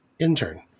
intern